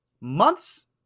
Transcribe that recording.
months